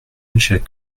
michel